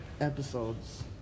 episodes